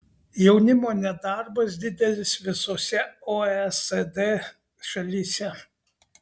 jaunimo nedarbas didelis visose oecd šalyse